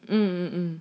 嗯嗯